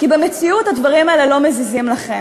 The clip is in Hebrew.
כי במציאות הדברים האלה לא מזיזים לכם.